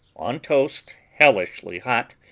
on toast hellishly hot,